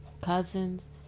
Cousins